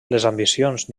ambicions